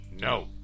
No